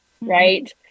right